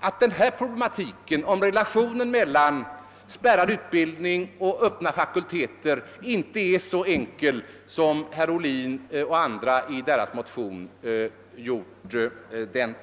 att problematiken om relationen mellan spärrad utbildning och fakulteter inte är så enkel som herr Ohlin och hans medmotionärer gjort den.